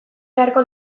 beharko